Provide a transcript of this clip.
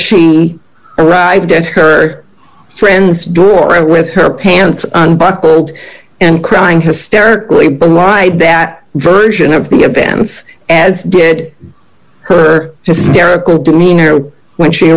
she arrived at her friend's door with her pants on buckled and crying hysterically but why that version of the events as did her hysterical demeanor when she